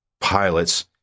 pilots